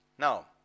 Now